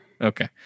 Okay